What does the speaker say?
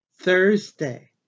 Thursday